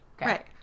Right